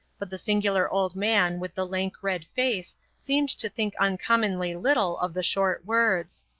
but the singular old man with the lank red face seemed to think uncommonly little of the short words.